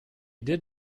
did